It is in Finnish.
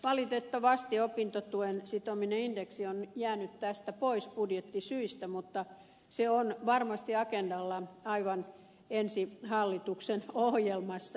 valitettavasti opintotuen sitominen indeksiin on jäänyt tästä pois budjettisyistä mutta se on varmasti agendalla aivan ensi hallituksen ohjelmassa